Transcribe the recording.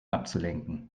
abzulenken